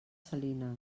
salines